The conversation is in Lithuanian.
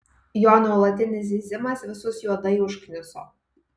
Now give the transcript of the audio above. jo nuolatinis zyzimas visus juodai užkniso